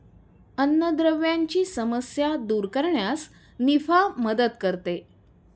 अन्नद्रव्यांची समस्या दूर करण्यास निफा मदत करते